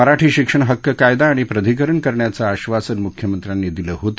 मराठी शिक्षण हक्क कायदा आणि प्राधिकरण करण्याचे आश्वासन मुख्यमंत्र्यांनी दिले होते